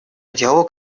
диалог